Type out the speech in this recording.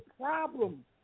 problem